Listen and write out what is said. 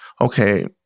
okay